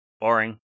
Boring